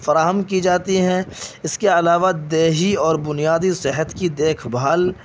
فراہم کی جاتی ہیں اس کے علاوہ دیہی اور بنیادی صحت کی دیکھ بھال